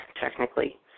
technically